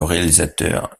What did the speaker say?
réalisateur